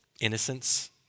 innocence